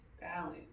balance